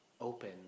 open